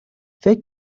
فکر